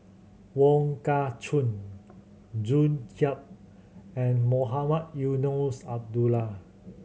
Wong Kah Chun June Yap and Mohamed Eunos Abdullah